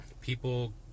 people